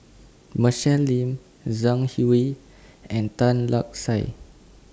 Michelle Lim Zhang Hui and Tan Lark Sye